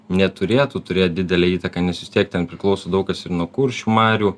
neturėtų turėt didelę įtaką nes vis tiek ten priklauso daug kas ir nuo kuršių marių